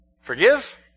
Forgive